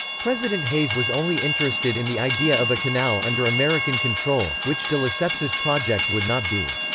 president hayes was only interested in the idea of a canal under american control, which de lesseps's project would not be.